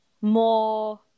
more